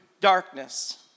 darkness